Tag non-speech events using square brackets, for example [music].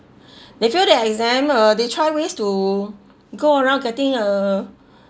[breath] they fail that exam uh they try ways to go around getting a